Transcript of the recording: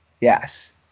Yes